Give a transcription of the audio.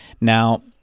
Now